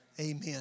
Amen